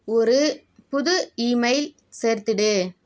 ஒரு புது இமெயில் சேர்த்துவிடு